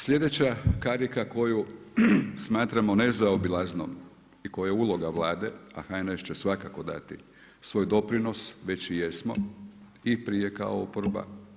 Sljedeća karika koju smatramo nezaobilaznom i koja je uloga Vlade, a HNS će svako dati svoj doprinos, već i jesmo i prije kao oporba.